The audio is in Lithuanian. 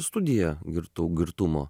studija girtų girtumo